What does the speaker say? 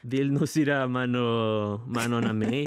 vilnius yra mano mano namai